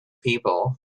people